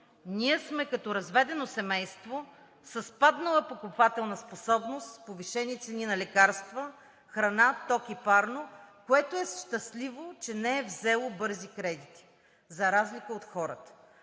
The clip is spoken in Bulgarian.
Ние сме като разведено семейство с паднала покупателна способност, повишени цени на лекарства, храна, ток и парно, което е щастливо, че не е взело бързи кредити – за разлика от хората.